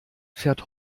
fährt